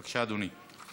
בבקשה, אדוני.